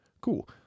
Cool